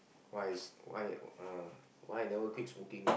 why is why I don't know why I never quit smoking